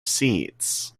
seats